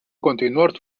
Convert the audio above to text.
continuar